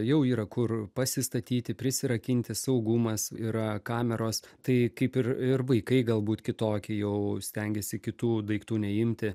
jau yra kur pasistatyti prisirakinti saugumas yra kameros tai kaip ir ir vaikai galbūt kitokie jau stengiasi kitų daiktų neimti